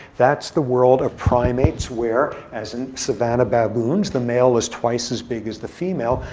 that's the world of primates where, as in savanna baboons, the male is twice as big as the female.